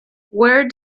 where